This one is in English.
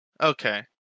Okay